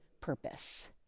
purpose